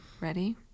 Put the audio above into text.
Ready